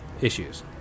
issues